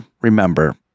Remember